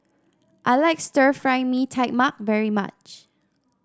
I like Stir Fry Mee Tai Mak very much